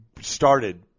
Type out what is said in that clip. started